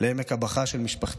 לעמק הבכא של משפחתי.